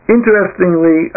Interestingly